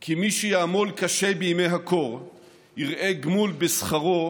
כי מי שיעמול קשה בימי הקור יראה גמול בשכרו